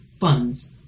funds